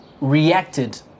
reacted